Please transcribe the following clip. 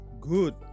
Good